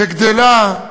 וגדלה,